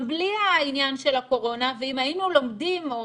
בלי העניין של הקורונה ואם היינו לומדים או